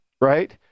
right